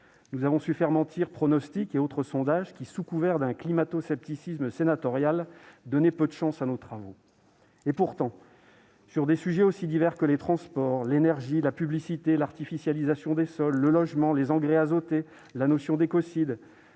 Nous avons su faire mentir pronostics et autres sondages, qui, sous couvert d'un climatoscepticisme sénatorial, donnaient peu de chances d'aboutir à nos travaux. Pourtant, sur des sujets aussi divers que les transports, l'énergie, la publicité, l'artificialisation des sols, le logement, les engrais azotés, la notion d'écocide,